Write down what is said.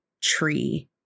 tree